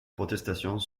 protestations